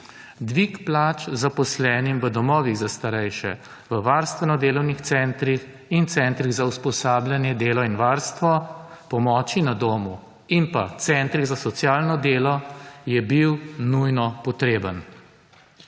Dvig plač zaposlenim v domovih za starejše, v varstveno-delovnih centrih in centrih za usposabljanje, delo in varstvo, pomoči na domu in pa centrih za socialno delo je bil nujno potreben.